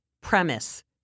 premise